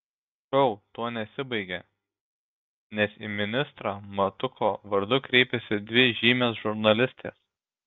šou tuo nesibaigia nes į ministrą matuko vardu kreipiasi dvi žymios žurnalistės